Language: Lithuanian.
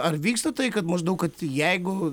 ar vyksta tai kad maždaug kad jeigu